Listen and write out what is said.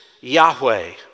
Yahweh